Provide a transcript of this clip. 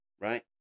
Right